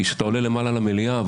כשאתה עולה למעלה למליאה,